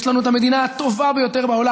יש לנו את המדינה הטובה ביותר בעולם.